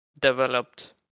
Developed